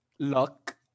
luck